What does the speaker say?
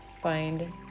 find